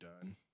done